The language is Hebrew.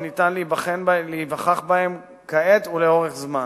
וניתן להיווכח בהן כעת ולאורך זמן.